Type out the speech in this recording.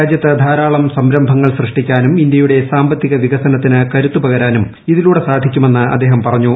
രാജ്യത്തു ധ്യൂർാള്ം സംരംഭങ്ങൾ സൃഷ്ടിക്കാനും ഇന്ത്യയുടെ സാമ്പത്തിക് വികസനത്തിന് കരുത്തു് പകരാനും ഇതിലൂടെ സാധിക്കുമെന്ന് അദ്ദേഹം പറഞ്ഞു